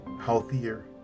healthier